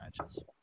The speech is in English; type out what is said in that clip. matches